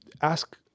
ask